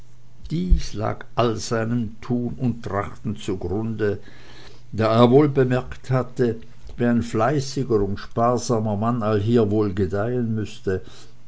dies lag all seinem tun und trachten zugrunde da er wohl bemerkt hatte wie ein fleißiger und sparsamer mann allhier wohl gedeihen müßte